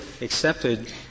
accepted